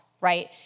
right